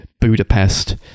budapest